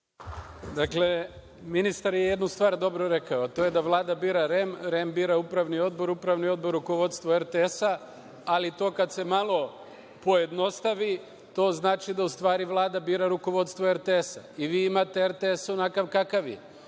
Dakle, ministar je jednu stvar dobro rekao. To je da Vlada bira REM, REM bira Upravni odbor, Upravni odbor rukovodstvo RTS, ali to kad se malo pojednostavi, to znači da u stvari Vlada bira rukovodstvo RTS. I vi imate RTS onakav kakav je. Ta